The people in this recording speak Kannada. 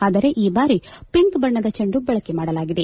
ಆದರೆ ಈ ಬಾರಿ ಪಿಂಕ್ ಬಣ್ಣದ ಚೆಂಡು ಬಳಕೆ ಮಾಡಲಾಗಿದೆ